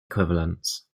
equivalents